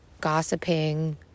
gossiping